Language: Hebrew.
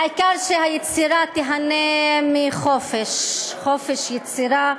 העיקר שהיצירה תיהנה מחופש: חופש יצירה,